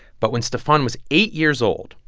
but when stephon was eight years old,